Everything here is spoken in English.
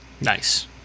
nice